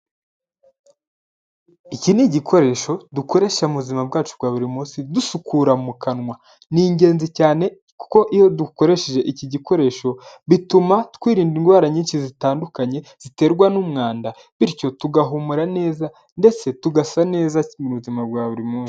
Iki ni igikoresho dukoresha mu buzima bwacu bwa buri munsi dusukura mu kanwa. Ni ingenzi cyane kuko iyo dukoresheje iki gikoresho bituma twirinda indwara nyinshi zitandukanye ziterwa n'umwanda, bityo tugahumura neza ndetse tugasa neza mu buzima bwa buri munsi.